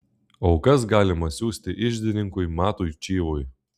aukas galima siųsti iždininkui matui čyvui